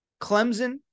Clemson